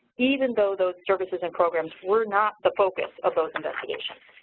even though those services and programs were not the focus of those investigations.